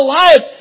life